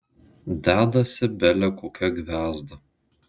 dedasi bele kokia gviazda